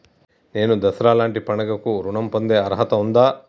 నేను దసరా లాంటి పండుగ కు ఋణం పొందే అర్హత ఉందా?